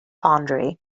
foundry